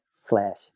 slash